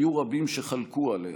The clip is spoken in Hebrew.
היו רבים שחלקו עליה,